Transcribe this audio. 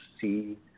see